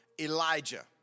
Elijah